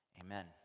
Amen